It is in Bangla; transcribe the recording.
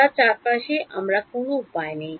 যার চারপাশে আমার কোনও উপায় নেই